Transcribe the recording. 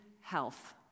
health